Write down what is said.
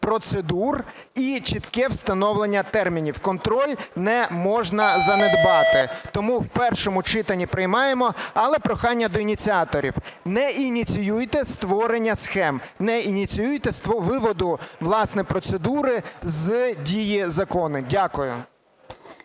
процедур і чітке встановлення термінів. Контроль не можна занедбати. Тому в першому читанні приймаємо. Але прохання до ініціаторів: не ініціюйте створення схем. Не ініціюйте виводу, власне, процедури з дії закону. Дякую.